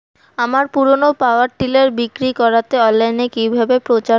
আমার পুরনো power tiller বিক্রি করাতে অনলাইনে কিভাবে প্রচার করব?